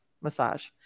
massage